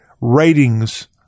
ratings